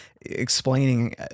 explaining